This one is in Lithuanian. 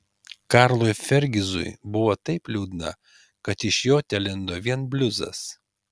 karlui fergizui buvo taip liūdna kad iš jo telindo vien bliuzas